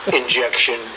injection